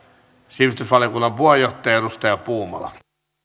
sivistysvaliokunnan puheenjohtaja edustaja puumala